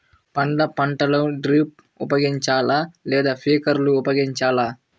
పండ్ల పంటలకు డ్రిప్ ఉపయోగించాలా లేదా స్ప్రింక్లర్ ఉపయోగించాలా?